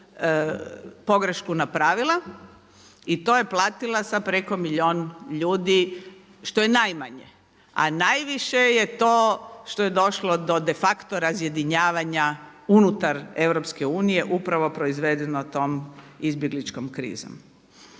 pogrešku napravila i to je platila sa preko milijun ljudi što je najmanje, a najviše je to što je došlo do de facto razjedinjavanja unutar EU upravo proizvedeno tom izbjegličkom krizom.